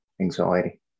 anxiety